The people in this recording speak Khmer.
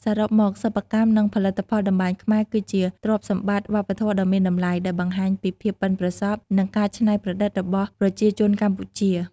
សរុបមក សិប្បកម្ម និងផលិតផលតម្បាញខ្មែរ គឺជាទ្រព្យសម្បត្តិវប្បធម៌ដ៏មានតម្លៃ ដែលបង្ហាញពីភាពប៉ិនប្រសប់ និងការច្នៃប្រឌិតរបស់ប្រជាជនកម្ពុជា។